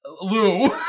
Lou